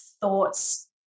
thoughts